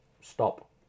stop